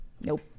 nope